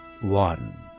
one